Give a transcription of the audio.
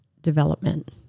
development